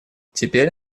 теперь